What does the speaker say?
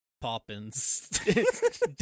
Poppins